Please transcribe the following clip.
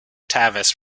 tavis